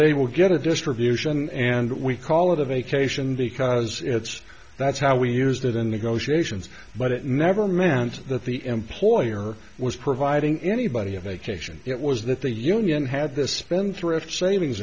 they will get a distribution and we call it a vacation because it's that's how we used it in negotiations but it never meant that the employer was providing anybody a vacation it was that the union had this spendthrift savings